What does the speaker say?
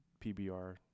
PBR